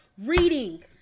reading